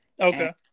okay